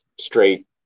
straight